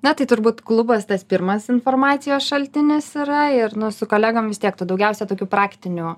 na tai turbūt klubas tas pirmas informacijos šaltinis yra ir nu su kolegom vis tiek tu daugiausia tokių praktinių